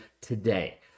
today